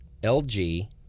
LG